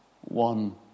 one